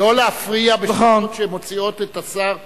לא להפריע בשאלות שמוציאות את השר מסדר,